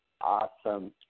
awesome